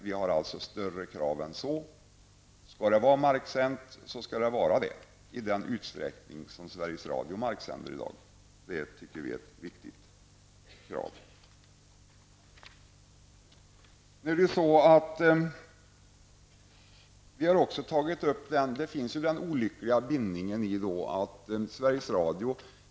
Vi har större krav än så; om det skall vara marksänt skall det också vara det i den utsträckning som Sveriges Radio i dag marksänder. Det tycker vi är ett viktigt krav.